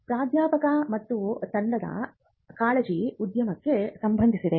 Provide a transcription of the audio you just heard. ಪ್ರಾಧ್ಯಾಪಕ ಮತ್ತು ತಂಡದ ಕಾಳಜಿ ಉದ್ಯಮಕ್ಕೆ ಸಂಬಂಧಿಸಿದೆ